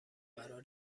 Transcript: قرار